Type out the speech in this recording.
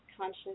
conscious